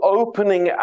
opening